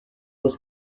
was